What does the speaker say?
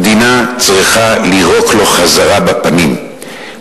המדינה צריכה לירוק לו חזרה בפנים.